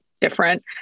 different